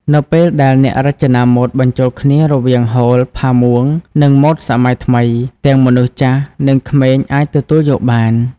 នៅពេលដែលអ្នករចនាម៉ូដបញ្ចូលគ្នារវាង ហូល ផាមួង និងម៉ូដសម័យថ្មី ទាំងមនុស្សចាស់និងក្មេងអាចទទួលយកបាន។